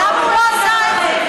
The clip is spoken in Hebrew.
מפלגה, למה הוא לא עשה את זה?